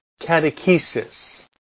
Catechesis